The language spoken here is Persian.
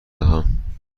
دهم